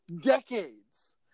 decades